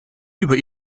über